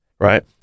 Right